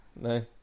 No